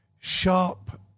Sharp